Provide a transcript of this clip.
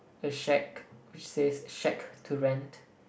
a shack which says shack to rent